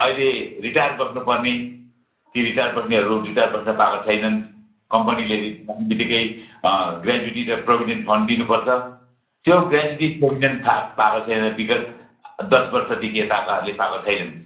अहिले रिटायर बस्नुपर्ने ती रिटायर बस्नेहरू रिटायर बस्न पाएका छैनन् कम्पनीले बित्तिकै ग्रेच्युटी र प्रोभिडेन्ट फन्ड दिनुपर्छ त्यो ग्रेच्युटी प्रोभिडेन्ट फ पाएका छैन विगत दस वर्षदेखि यताकाहरूले पाएका छैनन्